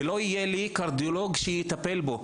ולא יהיה לי קרדיולוג שיטפל בו,